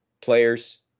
players